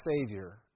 Savior